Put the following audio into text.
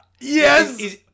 Yes